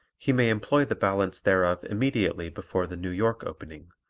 he may employ the balance thereof immediately before the new york opening,